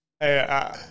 Hey